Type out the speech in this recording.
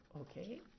Okay